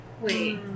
wait